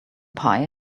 pie